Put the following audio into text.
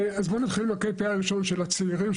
אז בוא נתחיל בקטע הראשון של הצעירים,